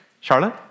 Charlotte